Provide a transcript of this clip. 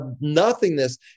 nothingness